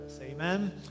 Amen